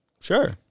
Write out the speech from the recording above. Sure